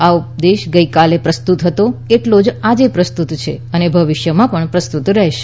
આ ઉપદેશ ગઇકાલે પ્રસ્તુત હતો એટલો જ આજે પ્રસ્તુત છે અને ભવિષ્યમાં પણ પ્રસ્તુત રહેશે